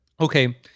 Okay